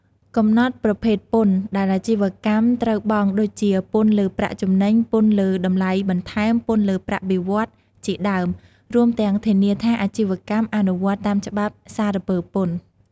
កំណត់ ប្រភេទពន្ធ ដែលអាជីវកម្មត្រូវបង់ ដូចជា ពន្ធលើប្រាក់ចំណេញ ពន្ធលើតម្លៃបន្ថែម ពន្ធលើប្រាក់បៀវត្សរ៍ ជាដើម រួមទាំងធានាថាអាជីវកម្ម អនុវត្តតាមច្បាប់សារពើពន្ធ។